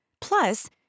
Plus